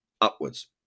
upwards